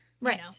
Right